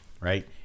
Right